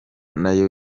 nayo